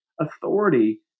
authority